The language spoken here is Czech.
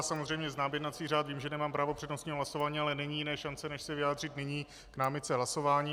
Já samozřejmě znám jednací řád, vím, že nemám právo přednostního hlasování, ale není jiné šance než se vyjádřit nyní k námitce hlasování.